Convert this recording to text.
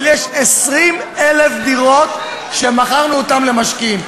אבל יש 20,000 דירות שמכרנו למשקיעים,